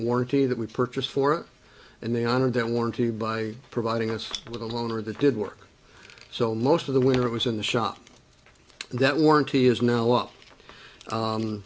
warranty that we purchased for and they honored that warranty by providing us with a loaner that did work so most of the when it was in the shop that warranty is now u